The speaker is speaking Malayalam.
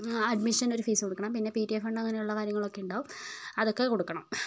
അഡ്മിഷന് ഒരു ഫീസ് കൊടുക്കണം പിന്നെ പി ടി എ ഫണ്ട് അങ്ങനെയുള്ള കാര്യങ്ങളൊക്കെ ഉണ്ടാകും അതൊക്കെ കൊടുക്കണം